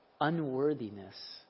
unworthiness